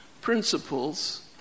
principles